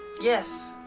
yes.